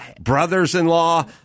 brothers-in-law